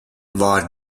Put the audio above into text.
war